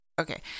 Okay